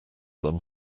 them